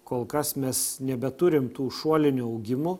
kol kas mes nebeturim tų šuolinių augimų